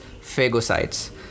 phagocytes